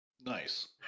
Nice